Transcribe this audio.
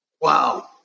Wow